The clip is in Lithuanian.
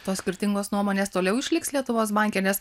tos skirtingos nuomonės toliau išliks lietuvos banke nes